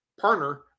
partner